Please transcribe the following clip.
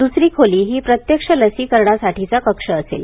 द्रसरी खोली हा प्रत्यक्ष लसीकरणासाठीचा कक्ष असेल